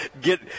get